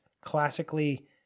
classically